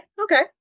okay